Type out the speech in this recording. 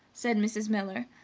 said mrs. miller.